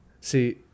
See